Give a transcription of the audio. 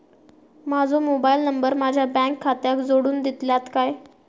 माजो mobile number माझ्या bank खात्याक जोडून दितल्यात काय?